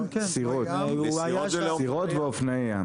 הורדה לסירות ואופני ים.